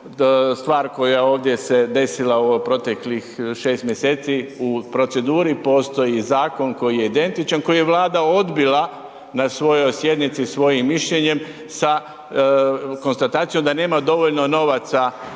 stvar koja ovdje se desila u ovih proteklih 6 mjeseci. U proceduri postoji zakoni koji je identičan, koji je Vlada odbila na svojoj sjednici svojim mišljenjem sa konstatacijom da nema dovoljno novaca